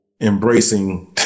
embracing